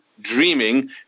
Dreaming